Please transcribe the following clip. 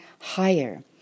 higher